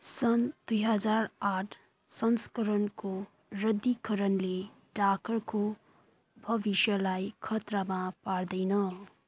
सन् दुई हजार आठ संस्करणको रद्दिकरणले डकारको भविष्यलाई खतरामा पार्दैन